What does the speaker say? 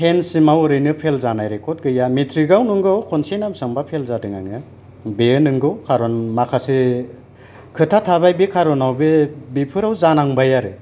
ten सिमाव ओरैनो fail जानाय रेकर्ड गैया मेट्रिक आव नोंगौ खनसे ना बिसिबांबा फेल जादों आङो बेयो नंगौ खारन माखासे खोथा थाबाय बे खारनाव बे बेफोराव जानांबाय आरो